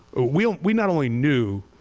we and we not only knew,